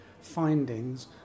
findings